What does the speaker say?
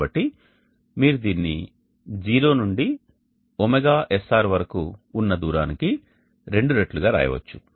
కాబట్టి మీరు దీనిని 0 నుండి ωSR వరకు ఉన్న దూరానికి 2 రెట్లు గా వ్రాయవచ్చు